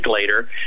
later